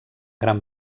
gran